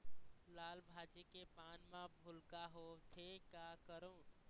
लाल भाजी के पान म भूलका होवथे, का करों?